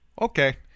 Okay